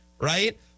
right